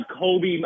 Kobe